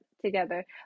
together